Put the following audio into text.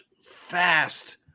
fast